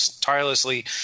tirelessly